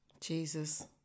Jesus